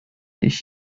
ich